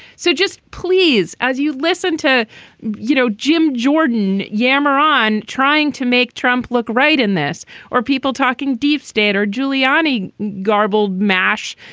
so just please as you listen to you know jim jordan yammer on trying to make trump look right in this or people talking deep state or giuliani garbled mash.